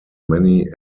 many